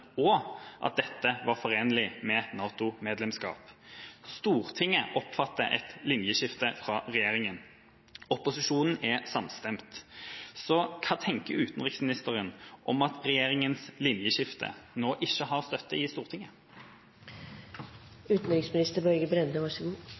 og at dette var forenlig med NATO-medlemskap. Stortinget oppfatter et linjeskifte fra regjeringa. Opposisjonen er samstemt. Så hva tenker utenriksministeren om at regjeringas linjeskifte nå ikke har støtte i Stortinget?